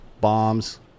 bombs